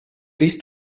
ist